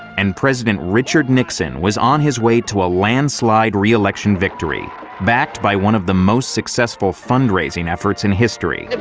and president richard nixon was on his way to a landslide reelection victory backed by one of the most successful fundraising efforts in history.